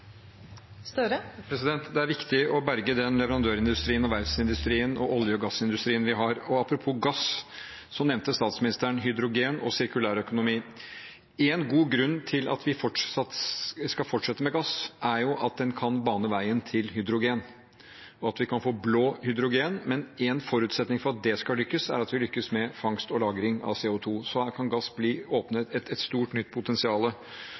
Det er viktig å berge den leverandørindustrien, verftsindustrien og olje- og gassindustrien vi har. Apropos gass: Statsministeren nevnte hydrogen og sirkulærøkonomi. Én god grunn til at vi skal fortsette med gass, er at den kan bane veien til hydrogen, og at vi kan få blå hydrogen. Men en forutsetning for at det skal lykkes, er at vi lykkes med fangst og lagring av CO 2 . Her kan gass åpne for et stort nytt